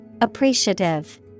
Appreciative